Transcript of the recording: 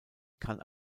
kann